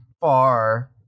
far